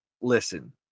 listen